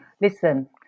Listen